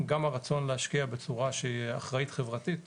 גם הרצון להשקיע בצורה שהיא אחראית חברתית